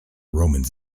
romans